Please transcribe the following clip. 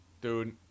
Dude